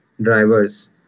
drivers